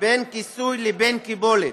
בין כיסוי לבין קיבולת.